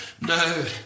No